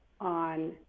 on